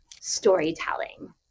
storytelling